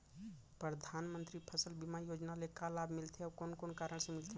परधानमंतरी फसल बीमा योजना ले का का लाभ मिलथे अऊ कोन कोन कारण से मिलथे?